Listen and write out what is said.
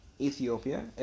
Ethiopia